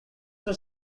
were